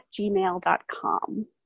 gmail.com